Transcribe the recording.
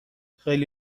خیلی